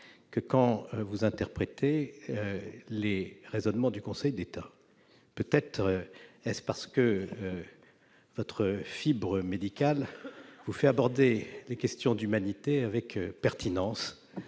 que quand vous interprétez les raisonnements du Conseil d'État. Peut-être est-ce parce que votre fibre médicale vous fait aborder les questions d'humanité avec pertinence